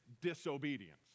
disobedience